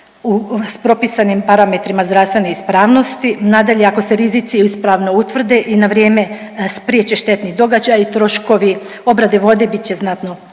s propisanim parametrima zdravstvene ispravnosti, nadalje ako se rizici ispravno utvrde i na vrijeme spriječe štetni događaj i troškovi obrade vode bit će znatno